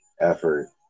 effort